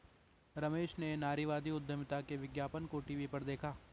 रमेश ने नारीवादी उधमिता के विज्ञापन को टीवी पर देखा